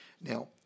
Now